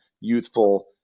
youthful